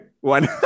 One